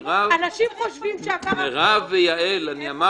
אנשים חושבים שעבר החוק --- תראה לי איפה